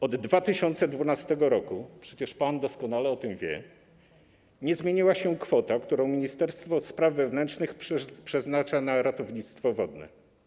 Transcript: Od 2012 r., przecież pan doskonale o tym wie, nie zmieniła się kwota, którą ministerstwo spraw wewnętrznych przeznacza na ratownictwo wodne.